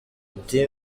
ati